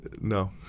No